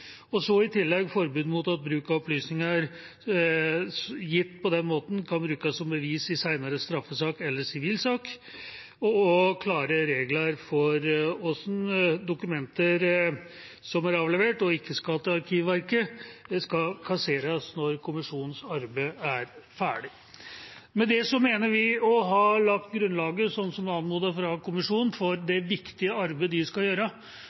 I tillegg gjelder forbud mot at opplysninger gitt på den måten, kan brukes som bevis i senere straffesak eller sivilsak, og også klare regler for hvordan dokumenter som er avlevert og ikke skal til arkivverket, skal kasseres når kommisjonens arbeid er ferdig. Med det mener vi å ha lagt grunnlaget – som anmodet fra kommisjonen – for det viktige arbeidet de skal gjøre